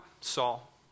Saul